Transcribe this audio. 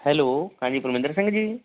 hello ਹਾਂਜੀ ਪਰਮਿੰਦਰ ਸਿੰਘ ਜੀ